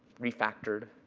refactored,